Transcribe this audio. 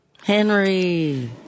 Henry